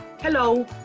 Hello